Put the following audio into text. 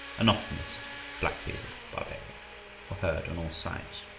and oftenest black-bearded barbarian were heard on all sides.